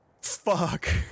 fuck